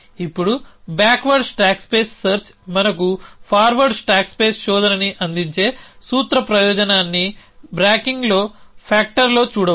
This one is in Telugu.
ఇప్పుడు బ్యాక్వర్డ్ స్టాక్ స్పేస్ సెర్చ్ మనకు ఫార్వర్డ్ స్టాక్ స్పేస్ శోధనని అందించే సూత్ర ప్రయోజనాన్ని బ్రాంకింగ్ ఫ్యాక్టర్లో చూడవచ్చు